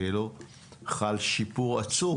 חל שיפור עצום.